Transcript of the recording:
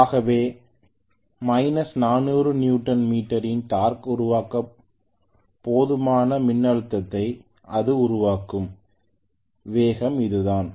ஆகவே 400 நியூட்டன் மீட்டரின் டார்க் உருவாக்க போதுமான மின்னழுத்தத்தை அது உருவாக்கும் வேகம் அதுதான்